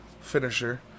Finisher